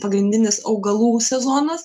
pagrindinis augalų sezonas